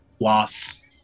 loss